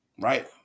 right